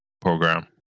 program